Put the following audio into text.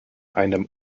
einem